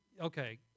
Okay